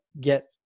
get